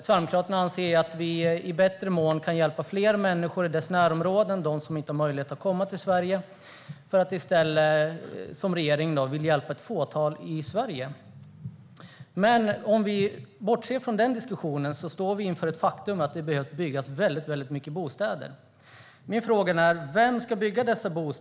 Sverigedemokraterna anser att vi på ett bättre sätt kan hjälpa fler människor i närområdena, de som inte har möjlighet att komma till Sverige, medan regeringen i stället vill hjälpa ett fåtal i Sverige. Om vi bortser från den diskussionen står vi inför faktumet att det behöver byggas många bostäder. Frågan är vem som ska bygga dem.